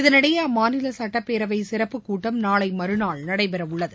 இதனிடையே அம்மாநில சுட்டப் பேரவை சிறப்புக் கூட்டம் நாளை மறுநாள் நடைபெற உள்ளது